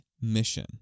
mission